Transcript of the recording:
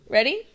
Ready